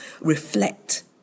reflect